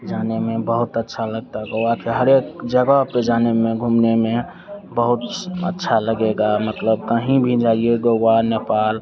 जाने में बहुत अच्छा लगता है गोआ के हर एक जगह पर जाने में घूमने में बहुत अच्छा लगेगा मतलब कहीं भी जाइए गोआ नेपाल